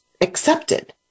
accepted